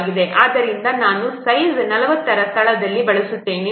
ಆದ್ದರಿಂದ ನಾನು ಸೈಜ್ 40 ರ ಸ್ಥಳದಲ್ಲಿ ಬಳಸುತ್ತೇನೆ